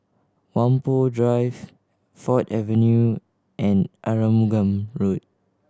Whampoa Drive Ford Avenue and Arumugam Road